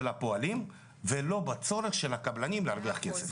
הפועלים ולא בצורך שלה קבלנים להרוויח כסף.